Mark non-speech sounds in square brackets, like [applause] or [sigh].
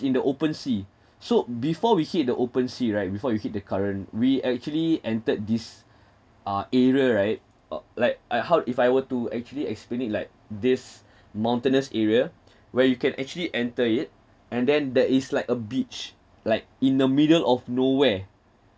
in the open sea so before we hit the open sea right before we hit the current we actually entered this uh area right uh like I how if I were to actually explain it like this [breath] mountainous area [breath] where you can actually enter it and then there is like a beach like in the middle of nowhere